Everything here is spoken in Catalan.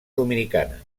dominicana